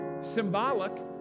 Symbolic